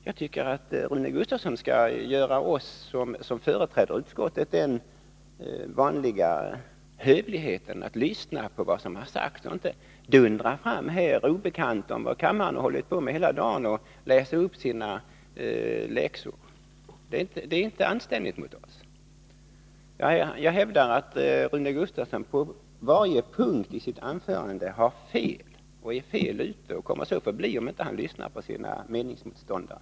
Jag tycker att Rune Gustavsson skall visa oss som företräder utskottet den vanliga hövligheten att lyssna på vad som sägs och inte dundra fram, obekant om vad kammaren har hållit på med hela dagen, och läsa upp sina läxor. Det är inte anständigt mot oss. Jag hävdar att Rune Gustavsson på varje punkt i sitt anförande har fel och kommer att ha fel, om han inte lyssnar på sina meningsmotståndare.